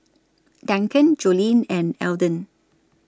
Duncan Jolene and Elden